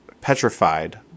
petrified